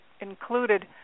included